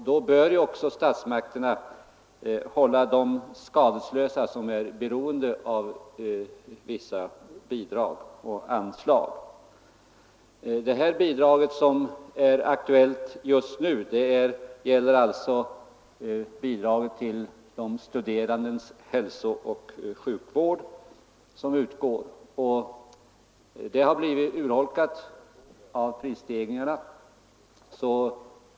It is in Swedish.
Då bör staten hålla dem skadeslösa som är beroende av vissa bidrag och anslag. Det nu aktuella bidraget till hälsooch sjukvård för studerande har urholkats genom prisstegringarna.